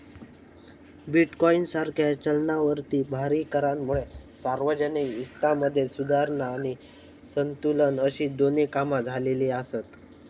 bitcoin सारख्या चलनावरील भारी करांमुळे सार्वजनिक वित्तामध्ये सुधारणा आणि संतुलन अशी दोन्ही कामा झालेली आसत